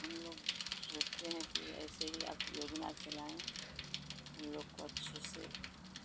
हम लोग सोचते हैं कि ऐसे ही आप योजना चलाएं हम लोग को अच्छे से